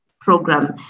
program